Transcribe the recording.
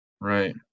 Right